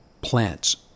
plants